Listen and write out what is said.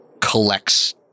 collects